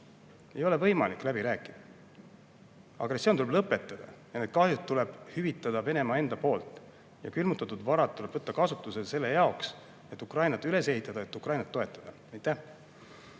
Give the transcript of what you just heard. Ei ole võimalik läbi rääkida! Agressioon tuleb lõpetada ja need kahjud peab hüvitama Venemaa ise. Külmutatud varad tuleb võtta kasutusele selle jaoks, et Ukrainat üles ehitada, et Ukrainat toetada.